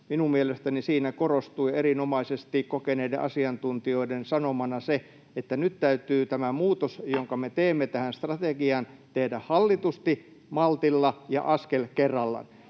minun mielestäni siinä korostui erinomaisesti kokeneiden asiantuntijoiden sanomana se, että nyt täytyy tämä muutos, jonka me teemme tähän strategiaan, tehdä hallitusti, maltilla ja askel kerrallaan.